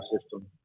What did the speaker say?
system